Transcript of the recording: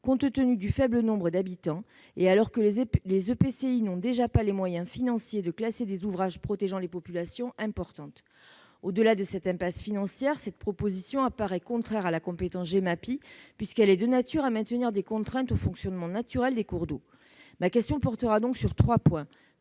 compte tenu du faible nombre d'habitants, et alors que les EPCI n'ont déjà pas les moyens financiers de classer des ouvrages protégeant des populations importantes. Au-delà de cette impasse financière, cette proposition apparaît contraire à la compétence Gemapi, puisqu'elle est de nature à maintenir des contraintes au fonctionnement naturel des cours d'eau. Ma question portera donc sur trois points.